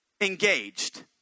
engaged